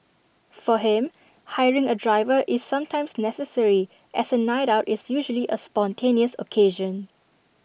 for him hiring A driver is sometimes necessary as A night out is usually A spontaneous occasion